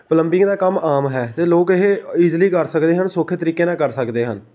plumbing ਦਾ ਕੰਮ ਆਮ ਹੈ ਅਤੇ ਲੋਕ ਇਹ ਇਜੀਲੀ ਕਰ ਸਕਦੇ ਹਨ ਸੌਖੇ ਤਰੀਕੇ ਨਾਲ ਕਰ ਸਕਦੇ ਹਨ